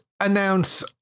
announce